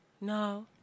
No